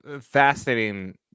Fascinating